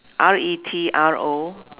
R E T R O